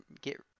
get